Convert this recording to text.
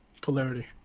polarity